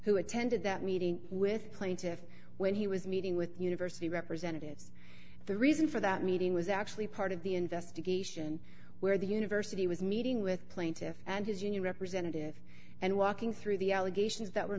who attended that meeting with plaintiffs when he was meeting with university representatives the reason for that meeting was actually part of the investigation where the university was meeting with plaintiffs and his union representative and walking through the allegations that were